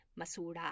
masura